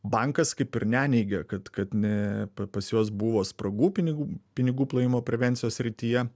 bankas kaip ir neneigia kad kad ne pas juos buvo spragų pinigų pinigų plovimo prevencijos srityje